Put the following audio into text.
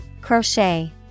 Crochet